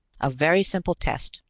a very simple test.